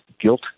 guilt